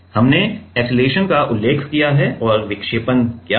हमने एक्सेलरेशन का उल्लेख किया है और विक्षेपण क्या हैं